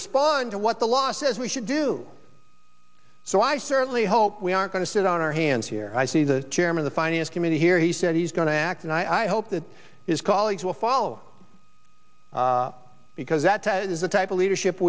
respond to what the law says we should do so i certainly hope we are going to sit on our hands here i see the chairman the finance committee here he said he's going to act and i hope that his colleagues will follow because that is the type of leadership